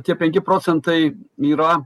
tie penki procentai yra